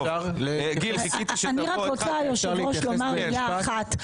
היושב ראש, אני רוצה לומר מילה אחת.